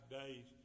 days